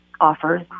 offers